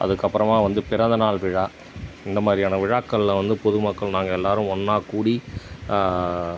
அதுக்கப்புறமா வந்து பிறந்தநாள் விழா இந்த மாதிரியான விழாக்களில் வந்து பொதுமக்கள் நாங்கள் எல்லோரும் ஒன்னா கூடி